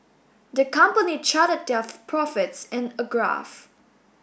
the company charted their profits in a graph